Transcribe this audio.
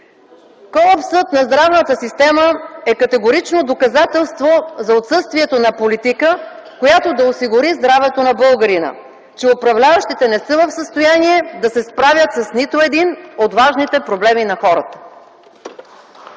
Колапсът на здравната система е категорично доказателство за отсъствието на политика, която да осигури здравето на българина, че управляващите не са в състояние да се справят с нито един от важните проблеми на хората.